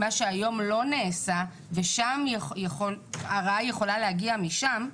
מה שהיום לא נעשה והרעה יכולה להגיע משם,